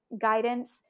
guidance